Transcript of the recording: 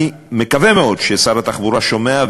אני מקווה מאוד ששר התחבורה שומע,